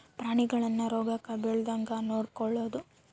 ಪ್ರಾಣಿಗಳನ್ನ ರೋಗಕ್ಕ ಬಿಳಾರ್ದಂಗ ನೊಡಕೊಳದು